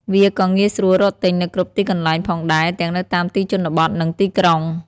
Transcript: វាក៏ងាយស្រួលរកទិញនៅគ្រប់ទីកន្លែងផងដែរទាំងនៅតាមទីជនបទ និងទីក្រុង។